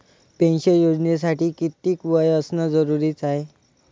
Pension योजनेसाठी कितीक वय असनं जरुरीच हाय?